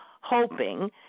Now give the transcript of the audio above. hoping